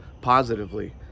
positively